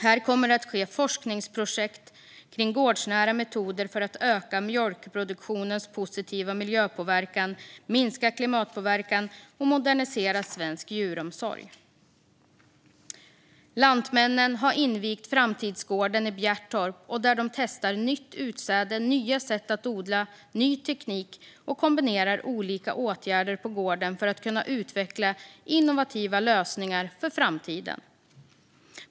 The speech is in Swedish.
Här kommer det att ske forskningsprojekt kring gårdsnära metoder för att öka mjölkproduktionens positiva miljöpåverkan, minska klimatpåverkan och modernisera svensk djuromsorg. Lantmännen har invigt framtidsgården i Bjertorp, där man testar nytt utsäde, nya sätt att odla och ny teknik och kombinerar olika åtgärder på gården för att utveckla innovativa lösningar för framtiden.